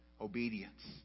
obedience